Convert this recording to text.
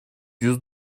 yüz